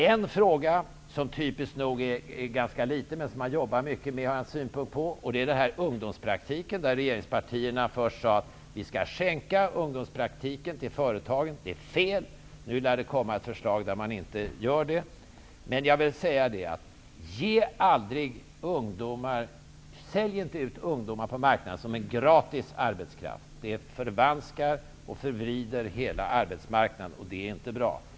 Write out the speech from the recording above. En fråga som typiskt nog är ganska liten, men som man jobbar mycket med och har haft synpunkter på, är frågan om ungdomspraktiken. Regeringspartierna sade först att de skulle skänka ungdomspraktiken till företagen. Det är fel. Nu lär det komma ett förslag om att man inte skall göra det, men jag vill säga följande: Sälj inte ut ungdomar på marknaden som gratis arbetskraft! Det förvanskar och förvrider hela arbetsmarknaden, och det är inte bra.